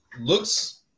looks